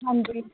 ਹਾਂਜੀ